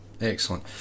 excellent